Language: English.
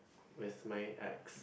with my ex